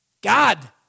God